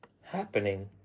happening